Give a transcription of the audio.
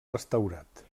restaurat